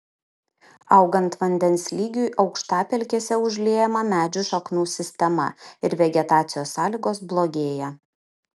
augant vandens lygiui aukštapelkėse užliejama medžių šaknų sistema ir vegetacijos sąlygos blogėja